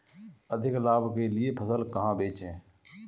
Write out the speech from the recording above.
अधिक लाभ के लिए फसल कहाँ बेचें?